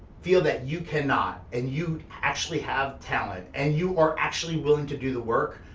feel that you cannot, and you actually have talent, and you are actually willing to do the work,